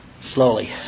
slowly